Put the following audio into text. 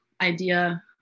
idea